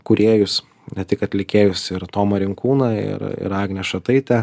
kūrėjus ne tik atlikėjus ir tomą rinkūną ir ir agnę šataitę